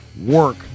work